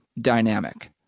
dynamic